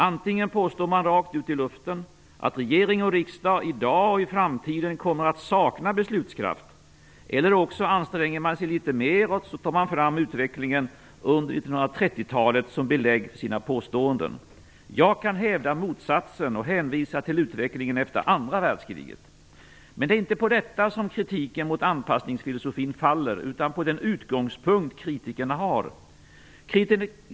Antingen påstår man rakt ut i luften att regering och riksdag i dag och i framtiden kommer att sakna beslutskraft, eller också anstränger man sig litet mer och för fram utvecklingen under 1930-talet som belägg för sina påståenden. Jag kan hävda motsatsen och hänvisa till utvecklingen efter andra världskriget. Men det är inte på detta som kritiken mot anpassningsfilosofin faller, utan den faller på den utgångspunkt som kritikerna har.